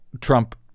Trump